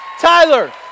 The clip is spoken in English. Tyler